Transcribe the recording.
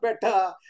better